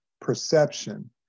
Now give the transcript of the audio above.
perception